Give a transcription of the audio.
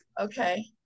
Okay